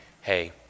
hey